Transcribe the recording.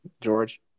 George